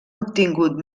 obtingut